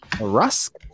rusk